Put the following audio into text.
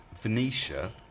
Venetia